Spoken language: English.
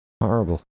Horrible